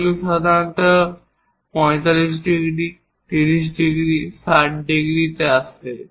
এগুলি সাধারণত 45 ডিগ্রি এবং 30 60 ডিগ্রিতে আসে